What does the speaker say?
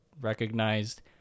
recognized